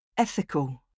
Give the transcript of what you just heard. Ethical